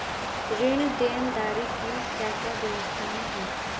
ऋण देनदारी की क्या क्या व्यवस्थाएँ हैं?